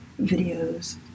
videos